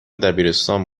دبیرستان